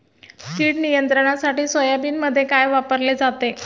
कीड नियंत्रणासाठी सोयाबीनमध्ये काय वापरले जाते?